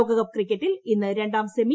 ലോകകപ്പ് ക്രിക്കറ്റിൽ ഇന്ന് രണ്ടാം സെമി